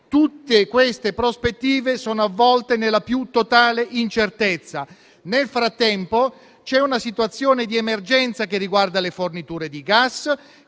reduced iron*), sono avvolti nella più totale incertezza. Nel frattempo c'è una situazione di emergenza che riguarda le forniture di gas,